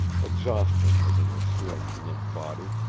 exhaustion was in her slim, limp body.